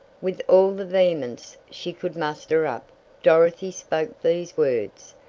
with all the vehemence she could muster up dorothy spoke these words,